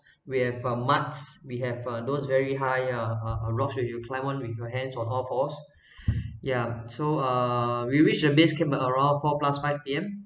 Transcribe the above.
we have uh muds we have uh those very high uh rocks which you climb up with your hands or all fours yeah so uh we reach the base camp at around four plus five P_M